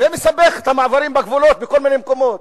זה מסבך את המעברים בגבולות בכל מיני מקומות,